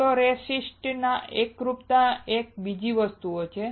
photoresist ની એકરૂપતા એ બીજી વસ્તુ છે